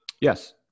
yes